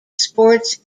sports